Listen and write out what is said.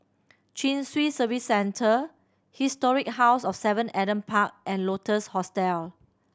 Chin Swee Service Centre Historic House of Seven Adam Park and Lotus Hostel